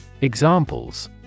Examples